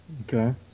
Okay